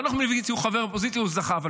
חנוך מלביצקי הוא חבר קואליציה, הוא זכה.